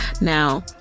Now